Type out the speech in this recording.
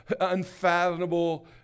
unfathomable